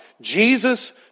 Jesus